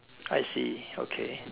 I see okay